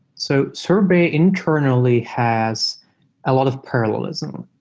so sorbet internally has a lot of parallelism.